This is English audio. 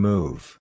Move